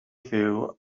fyw